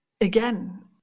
Again